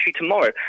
tomorrow